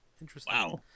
interesting